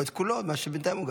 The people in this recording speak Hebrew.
לא את כולו, מה שהוגש בינתיים.